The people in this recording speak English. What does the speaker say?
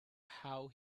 how